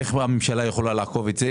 איך הממשלה יכולה לעקוף את זה?